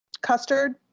custard